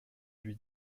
lui